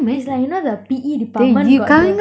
is like you know the P_E department got the